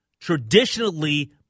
traditionally